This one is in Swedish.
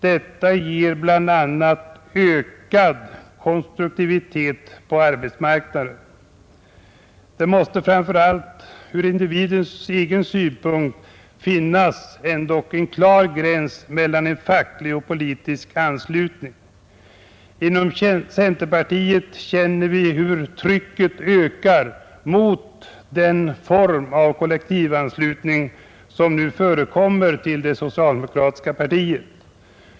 Detta ger bl.a. ökad konstruktivitet på arbetsmarknaden. Det måste ändock framför allt ur individens egen synpunkt finnas en klar gräns mellan en facklig och en politisk anslutning. Inom centerpartiet känner vi hur trycket ökar mot den form av kollektivanslutning som nu förekommer till det socialdemokratiska partiet.